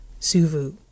Suvu